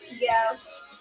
yes